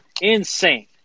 Insane